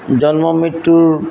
জন্ম মৃত্যুৰ